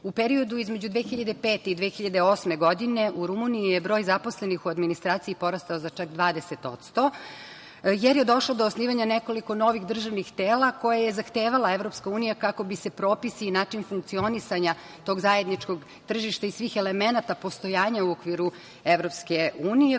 U periodu između 2005. i 2008. godine u Rumuniji je broj zaposlenih u administraciji porastao za čak 20%, jer je došlo do osnivanja nekoliko novih državnih tela koje je zahtevala EU kako bi se propisi i način funkcionisanja tog zajedničkog tržišta i svih elemenata postojanja u okviru EU,